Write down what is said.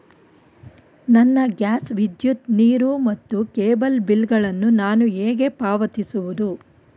ನನ್ನ ಗ್ಯಾಸ್, ವಿದ್ಯುತ್, ನೀರು ಮತ್ತು ಕೇಬಲ್ ಬಿಲ್ ಗಳನ್ನು ನಾನು ಹೇಗೆ ಪಾವತಿಸುವುದು?